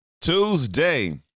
Tuesday